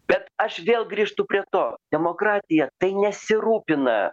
bet aš vėl grįžtu prie to demokratija tai nesirūpina